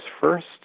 first